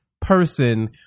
person